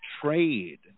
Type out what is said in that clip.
Trade